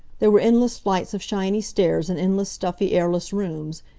there were endless flights of shiny stairs, and endless stuffy, airless rooms,